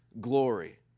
glory